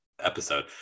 episode